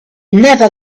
never